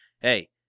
Hey